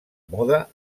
moda